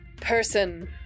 person